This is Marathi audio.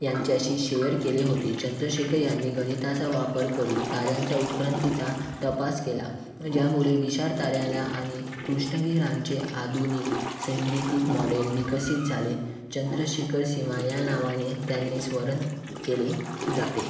यांच्याशी शेयर केले होते चंद्रशेकं यांनी गणिताचा वापर करून ताऱ्यांच्या उत्क्रांतीचा तपास केला ज्यामुळे विशाल ताऱ्यांला आणि कुष्टवीरांचे आधुनिक सैंदितिक मॉडेल विकसित झाले चंद्रशेकर सीमा या नावाने त्यांनी स्मरन केले जाते